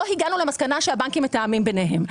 לא הגענו למסקנה שהבנקים מתאמים ביניהם.